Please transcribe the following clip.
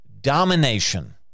domination